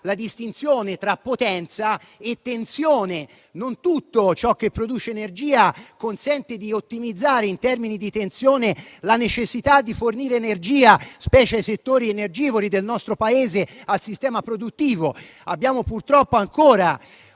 la distinzione tra potenza e tensione: non tutto ciò che produce energia consente di ottimizzare, in termini di tensione, la necessità di fornire energia, specie ai settori energivori del sistema produttivo del nostro Paese;